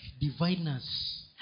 diviners